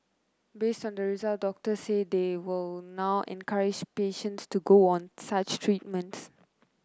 based on the results doctors say they will now encourage patients to go on such treatment